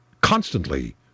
constantly